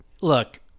look